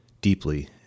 deeply